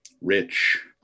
rich